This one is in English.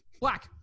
black